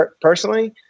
personally